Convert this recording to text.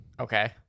Okay